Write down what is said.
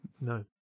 No